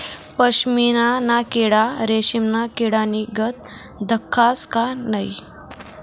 पशमीना ना किडा रेशमना किडानीगत दखास का नै